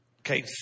Okay